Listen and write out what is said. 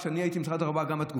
כשאני הייתי במשרד התחבורה,